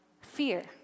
fear